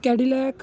cadillac